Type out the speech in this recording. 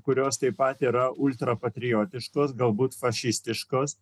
kurios taip pat yra uždaro patriotiškos galbūt fašisyiškos